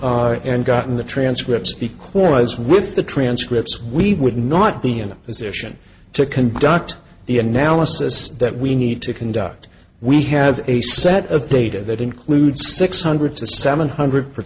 grown and gotten the transcripts because with the transcripts we would not be in a position to conduct the analysis that we need to conduct we have a set of data that includes six hundred to seven hundred